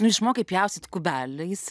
nu išmokai pjaustyt kubeliais